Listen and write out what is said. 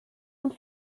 und